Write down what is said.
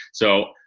so,